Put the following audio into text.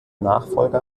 nachfolger